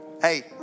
hey